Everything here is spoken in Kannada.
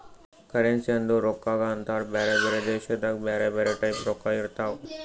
ಕರೆನ್ಸಿ ಅಂದುರ್ ರೊಕ್ಕಾಗ ಅಂತಾರ್ ಬ್ಯಾರೆ ಬ್ಯಾರೆ ದೇಶದಾಗ್ ಬ್ಯಾರೆ ಬ್ಯಾರೆ ಟೈಪ್ ರೊಕ್ಕಾ ಇರ್ತಾವ್